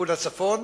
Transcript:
בכיוון הצפון.